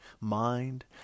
mind